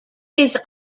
his